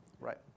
Right